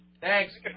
Thanks